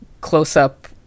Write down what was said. close-up